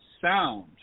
Sound